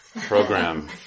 program